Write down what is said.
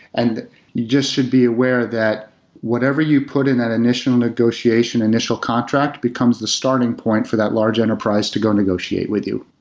and just should be aware that whatever you put in that initial negotiation initial contract becomes the starting point for that large enterprise to go negotiate with you.